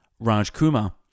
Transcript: Rajkumar